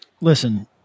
Listen